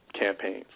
campaigns